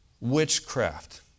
witchcraft